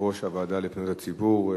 יושב-ראש הוועדה לפניות הציבור.